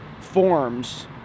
forms